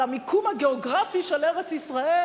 על המיקום הגיאוגרפי של ארץ-ישראל.